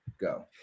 go